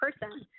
person